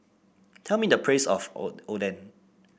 tell me the price of o Oden